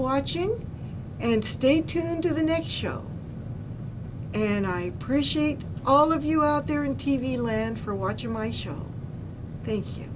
watching and stay tuned to the next show and i appreciate all of you out there in t v land for watching my show thank you